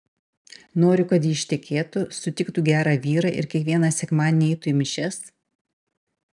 noriu kad ji ištekėtų sutiktų gerą vyrą ir kiekvieną sekmadienį eitų į mišias